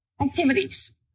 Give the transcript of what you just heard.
activities